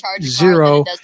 zero